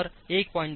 तर ते त्या 1 ते 1